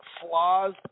flaws